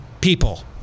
people